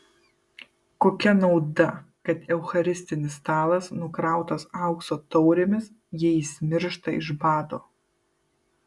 kokia nauda kad eucharistinis stalas nukrautas aukso taurėmis jei jis miršta iš bado